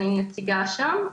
אני נציגה שם,